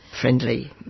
friendly